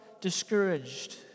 discouraged